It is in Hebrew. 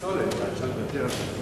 פסולת, איך אפשר לוותר?